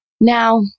Now